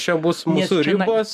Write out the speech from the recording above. čia bus mūsų ribos